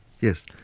Yes